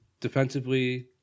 defensively